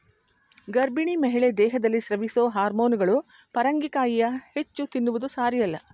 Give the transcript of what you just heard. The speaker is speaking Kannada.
ಗರ್ಭಿಣಿ ಮಹಿಳೆ ದೇಹದಲ್ಲಿ ಸ್ರವಿಸೊ ಹಾರ್ಮೋನುಗಳು ಪರಂಗಿಕಾಯಿಯ ಹೆಚ್ಚು ತಿನ್ನುವುದು ಸಾರಿಯಲ್ಲ